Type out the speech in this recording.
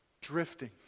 Drifting